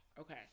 Okay